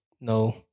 no